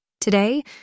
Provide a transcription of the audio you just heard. Today